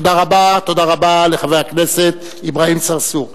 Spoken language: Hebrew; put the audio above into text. תודה רבה לחבר הכנסת אברהים צרצור.